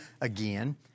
again